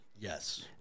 Yes